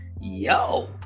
Yo